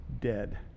dead